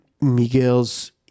miguel's